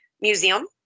museum